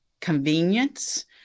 convenience